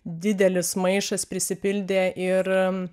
didelis maišas prisipildė ir